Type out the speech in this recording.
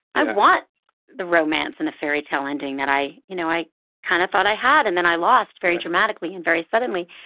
i want romance and a fairytale ending that i, you know, i kind of thought i had, and then i lost very dramatically and very suddenly.